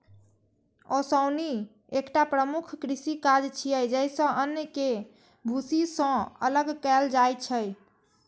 ओसौनी एकटा प्रमुख कृषि काज छियै, जइसे अन्न कें भूसी सं अलग कैल जाइ छै